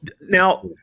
Now